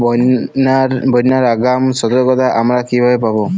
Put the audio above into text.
বন্যার আগাম সতর্কতা আমরা কিভাবে পাবো?